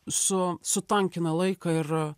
su sutankina laiką ir